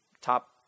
top